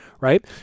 right